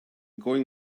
going